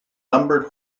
numbered